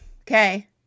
okay